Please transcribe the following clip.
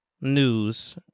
news